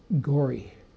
gory